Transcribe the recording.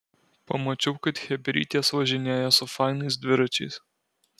pamačiau kad chebrytės važinėja su fainais dviračiais